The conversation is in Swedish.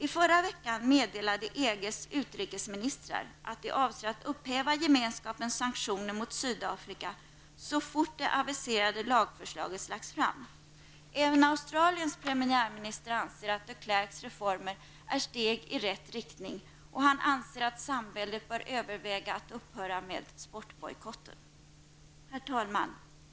I förra veckan meddelade EGs utrikesministrar att de avser att upphäva gemenskapens sanktioner mot Sydafrika så fort det aviserade lagförslaget lagts fram. Även Australiens premiärminister anser att de Klerks reformer är steg i rätt riktning, och han anser att samväldet bör överväga att upphöra med sportbojkotten. Herr talman!